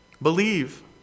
Believe